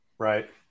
Right